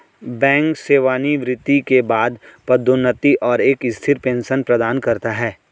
bank सेवानिवृत्ति के बाद पदोन्नति और एक स्थिर पेंशन प्रदान करता है